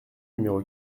numéro